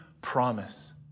promise